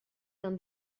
d’un